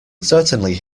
certainly